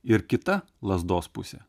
ir kita lazdos pusė